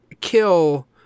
kill